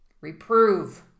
Reprove